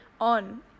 on